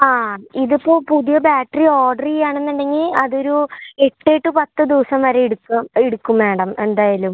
ആ ഇതിപ്പോൾ പുതിയ ബാറ്ററി ഓഡറ് ചെയ്യാണുന്നുണ്ടെങ്കീൽ അതൊരു എട്ട് ടൂ പത്ത് ദിവസം വരെ എടുക്കും എടുക്കും മാഡം എന്തായാലും